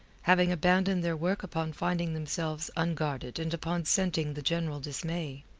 having abandoned their work upon finding themselves unguarded and upon scenting the general dismay.